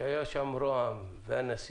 שהיו שם ראש הממשלה והנשיא.